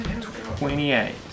Twenty-eight